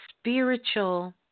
spiritual